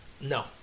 No